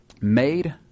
made